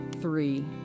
three